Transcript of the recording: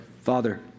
Father